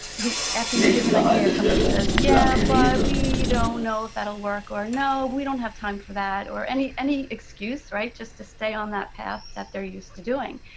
who after you given an idea, somebody says yeah, but, we don't know if that will work, or no, we don't have time for that, or any any excuse, right? just to stay on that path that they're used to doing.